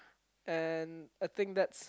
and I think that's